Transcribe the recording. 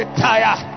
tire